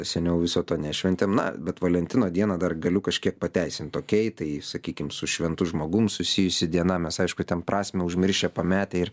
seniau viso to nešventėm na bet valentino dieną dar galiu kažkiek pateisint okei tai sakykim su šventu žmogum susijusi diena mes aišku ten prasmę užmiršę pametę ir